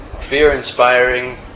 fear-inspiring